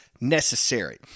necessary